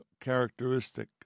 characteristic